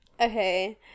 Okay